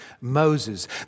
Moses